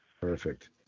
perfect